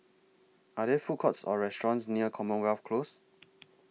Are There Food Courts Or restaurants near Commonwealth Close